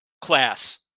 class